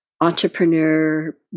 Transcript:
entrepreneur